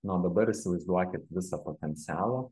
na o dabar įsivaizduokit visą potencialą